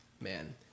man